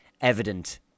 evident